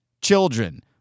Children